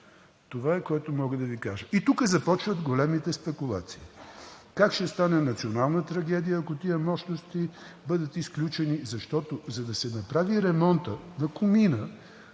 Това е, което мога да Ви кажа. И тук започват големите спекулации как ще стане национална трагедия, ако тези мощности бъдат изключени, защото, за да се направи ремонтът на комина,